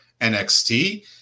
NXT